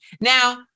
Now